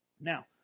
Now